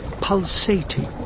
pulsating